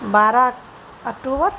بارہ اکٹوبر